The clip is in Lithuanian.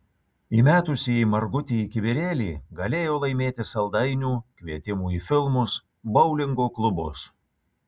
įmetusieji margutį į kibirėlį galėjo laimėti saldainių kvietimų į filmus boulingo klubus